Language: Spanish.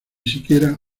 siquiera